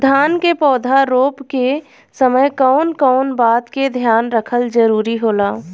धान के पौधा रोप के समय कउन कउन बात के ध्यान रखल जरूरी होला?